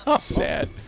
sad